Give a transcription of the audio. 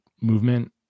movement